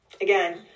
again